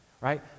right